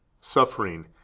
suffering